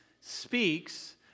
speaks